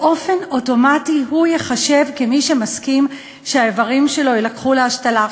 באופן אוטומטי ייחשב כמי שמסכים שהאיברים שלו יילקחו להשתלה.